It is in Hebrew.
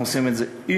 אנחנו עושים את זה עם,